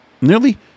nearly